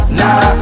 nah